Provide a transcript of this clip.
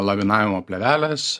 laminavimo plėvelės